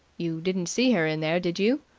you didn't see her in there, did you?